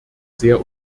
sehr